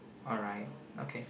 alright okay